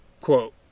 Quote